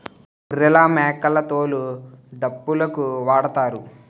గొర్రెలమేకల తోలు డప్పులుకు వాడుతారు